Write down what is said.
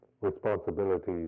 responsibilities